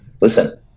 listen